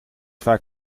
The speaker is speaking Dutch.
vaak